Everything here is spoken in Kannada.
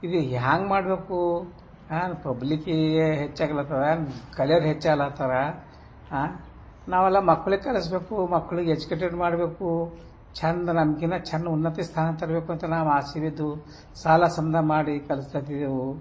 ಇದು ಹ್ಯಾಗ್ ಮಾಡಬೇಕು ಆಂ ಪಬ್ಲಿಕಿಗೆ ಹೆಚ್ಚಾಗ್ಲತ್ತದ ಕಲಿಯೋರು ಹೆಚ್ಚಾಲತ್ತರ ಆಂ ನಾವೆಲ್ಲ ಮಕ್ಳಿಗೆ ಕಲಿಸ್ಬೇಕು ಮಕ್ಳಿಗ್ ಎಜ್ಕೆಟೆಡ್ ಮಾಡಬೇಕು ಚಂದ ನಮ್ಕಿನ ಚನ್ನ ಉನ್ನತ ಸ್ಥಾನ ತರಬೇಕು ಅಂತ ನಾವು ಆಸೆ ಬಿದ್ದು ಸಾಲ ಸಮದ ಮಾಡಿ ಕಲಸ್ಲತ್ತಿದೆವು